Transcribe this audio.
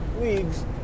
leagues